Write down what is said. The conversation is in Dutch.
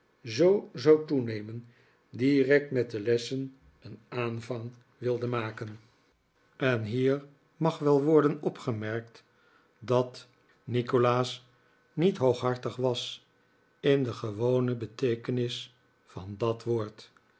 zoo zou toenemen direct met de lessen een aanvang wilde maken nikolaas nickleby en hier mag wel worden opgemerkt dat nikolaas niet hooghartig was in de gewone beteekenis van dat woord